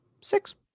Six